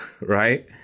right